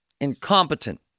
incompetent